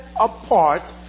apart